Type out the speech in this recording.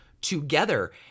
together